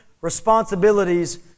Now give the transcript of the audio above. responsibilities